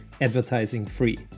advertising-free